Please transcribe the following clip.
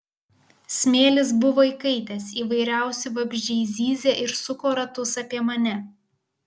smėlis buvo įkaitęs įvairiausi vabzdžiai zyzė ir suko ratus apie mane